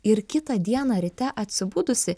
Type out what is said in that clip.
ir kitą dieną ryte atsibudusi